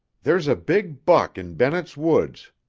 there's a big buck in bennett's woods,